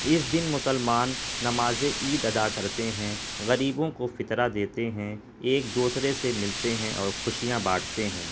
اس دن مسلمان نمازیں عید ادا کرتے ہیں غریبوں کو فطرہ دیتے ہیں ایک دوسرے سے ملتے ہیں اور خوشیاں بانٹتے ہیں